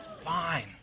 fine